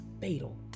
fatal